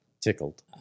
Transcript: tickled